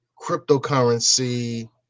cryptocurrency